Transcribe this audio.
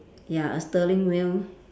ya a steering wheel